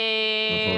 נכון.